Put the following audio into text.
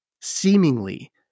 seemingly